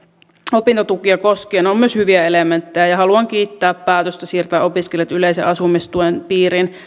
opintotukea koskien on myös hyviä elementtejä ja ja haluan kiittää päätöstä siirtää opiskelijat yleisen asumistuen piiriin